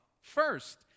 first